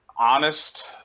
honest